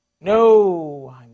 No